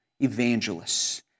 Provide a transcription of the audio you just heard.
Evangelists